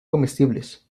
comestibles